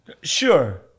Sure